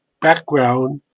background